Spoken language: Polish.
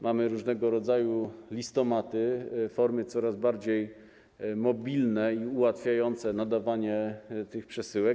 Mamy różnego rodzaju listomaty, formy coraz bardziej mobilne i ułatwiające nadawanie przesyłek.